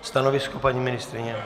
Stanovisko paní ministryně?